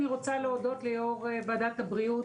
אני רוצה להודות ליו"ר ועדת הבריאות,